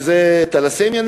שזה תלסמיה,